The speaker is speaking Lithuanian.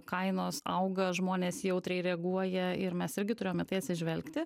kainos auga žmonės jautriai reaguoja ir mes irgi turėjom į tai atsižvelgti